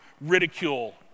ridicule